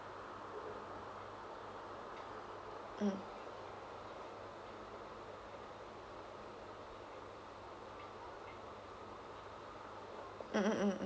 mm mm